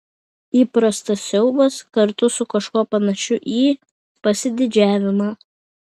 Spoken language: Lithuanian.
įprastas siaubas kartu su kažkuo panašiu į pasididžiavimą